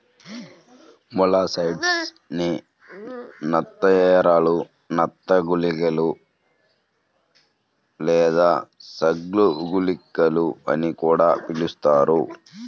molluscicides ని నత్త ఎరలు, నత్త గుళికలు లేదా స్లగ్ గుళికలు అని కూడా పిలుస్తారు